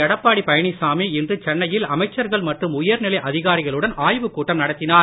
எடப்பாடி பழனிசாமி இன்று சென்னையில் அமைச்சர்கள் மற்றும் உயர்நிலை அதிகாரிகளுடன் ஆய்வு கூட்டம் நடத்தினார்